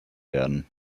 werden